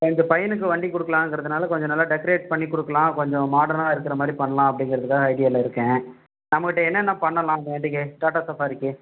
நான் எங்கள் பையனுக்கு வண்டி கொடுங்குலாங்கிறதுனால கொஞ்சம் நல்லா டெக்கரேட் பண்ணி கொடுக்கலாம் கொஞ்சம் மாடனாருக்குற மாதிரி பண்ணலாம் அப்படிங்குறதுக்காக ஐடியாலருக்கேன் நம்மகிட்ட என்னென்ன பண்ணலாம் வண்டிக்கு டாட்டா சஃபாரிக்கு